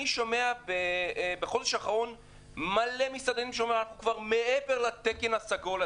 אני שומע על הרבה מסעדנים שאומרים שהם מעבר לתקן המדובר.